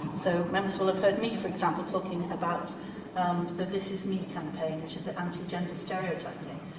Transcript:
so, members will have heard me, for example, talking about the this is me campaign, which is anti gender stereotyping.